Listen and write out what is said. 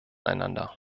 einander